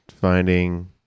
finding